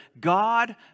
God